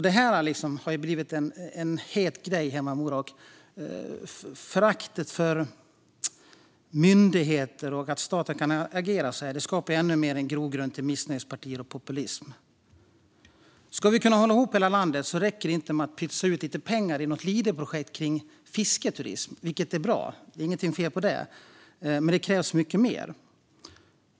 Detta har blivit en het grej hemma i Mora. Föraktet för myndigheter och för att staten kan agera så här skapar en ännu större grogrund för missnöjespartier och populism. Om vi ska kunna hålla ihop hela landet räcker det inte med att pytsa ut lite pengar i något Leaderprojekt om fisketurism, vilket i och för sig är bra. Det är inget fel på det, men det krävs mycket mer.